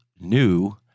new